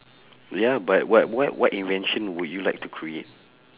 ya but what what what invention would you like to create